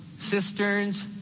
cisterns